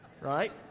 right